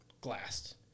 glassed